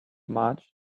march